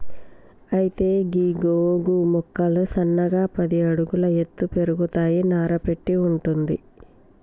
అయితే గీ గోగు మొక్కలు సన్నగా పది అడుగుల ఎత్తు పెరుగుతాయి నార కట్టి వుంటది